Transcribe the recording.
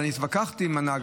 כך שהתווכחתי עם הנהג.